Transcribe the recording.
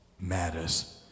matters